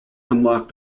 unlocked